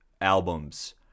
albums